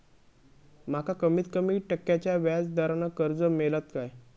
माका कमीत कमी टक्क्याच्या व्याज दरान कर्ज मेलात काय?